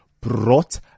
brought